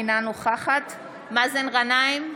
אינה נוכחת מאזן גנאים,